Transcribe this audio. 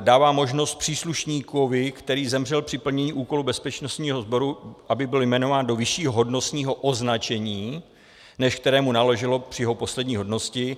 dává možnost příslušníkovi, který zemřel při plnění úkolu bezpečnostního sboru, aby byl jmenován do vyššího hodnostního označení, než které mu náleželo při jeho poslední hodnosti.